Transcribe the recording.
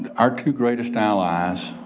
our two greatest allies